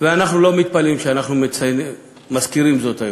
ואנחנו לא מתפלאים שאנחנו מזכירים זאת היום,